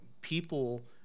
people